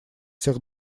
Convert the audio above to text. всех